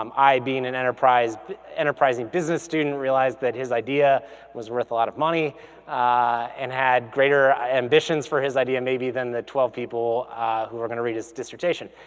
um i being an enterprising enterprising business student realized that his idea was worth a lot of money and had greater ambitions for his idea maybe than the twelve people who were gonna read his dissertation.